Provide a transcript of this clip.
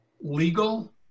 legal